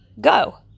go